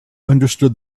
understood